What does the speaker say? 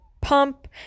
pump